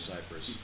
Cyprus